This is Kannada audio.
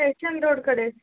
ಸ್ಟೇಷನ್ ರೋಡ್ ಕಡೆ